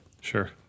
Sure